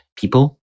people